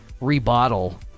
re-bottle